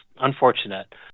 unfortunate